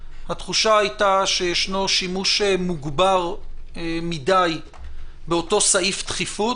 התחושה הייתה שיש שימוש מוגבר מדיי באותו סעיף דחיפות,